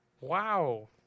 wow